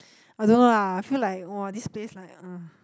I don't know lah I feel like !wah! this place like ugh